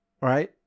Right